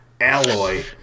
alloy